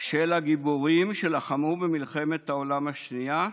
של הגיבורים שלחמו במלחמת העולם השנייה.